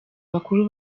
bakuru